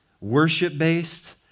Worship-based